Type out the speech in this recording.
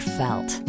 felt